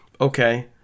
Okay